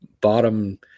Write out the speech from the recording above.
bottom